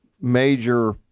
major